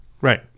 right